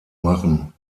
machen